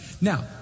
Now